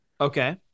okay